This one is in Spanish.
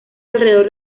alrededor